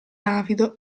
avido